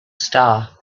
star